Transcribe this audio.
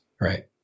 right